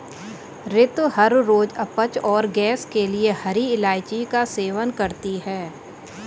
रितु हर रोज अपच और गैस के लिए हरी इलायची का सेवन करती है